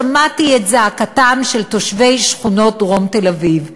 שמעתי את זעקתם של תושבי שכונות דרום תל-אביב,